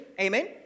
Amen